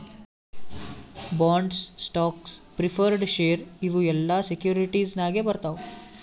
bonds, stocks, preferred share ಇವು ಎಲ್ಲಾ securities ನಾಗೆ ಬರ್ತಾವ್